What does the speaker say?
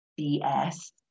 BS